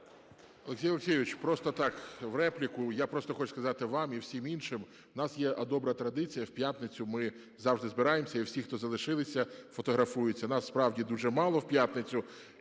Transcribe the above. Олексій Олексійович, просто так в репліку я просто хочу сказати вам і всім іншим. У нас є добра традиція, в п'ятницю ми завжди збираємось і всі, хто залишилися, фотографуються. Нас, справді, дуже мало в п'ятницю.